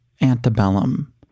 Antebellum